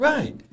Right